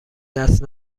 دست